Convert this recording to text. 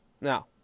now